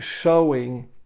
showing